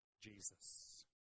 Jesus